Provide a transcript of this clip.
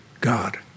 God